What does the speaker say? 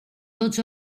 tots